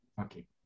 Okay